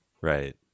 Right